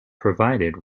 provided